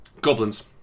Goblins